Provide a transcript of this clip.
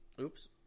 Oops